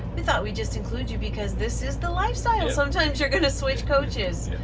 we thought we'd just include you because this is the lifestyle and sometimes you're gonna switch coaches.